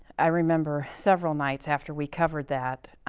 i remember several nights after we covered that,